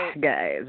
Guys